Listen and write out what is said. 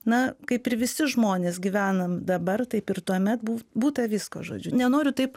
na kaip ir visi žmonės gyvenam dabar taip ir tuomet buvo būta visko žodžiu nenoriu taip